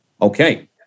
Okay